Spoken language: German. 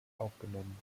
aufgenommen